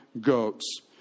goats